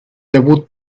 debut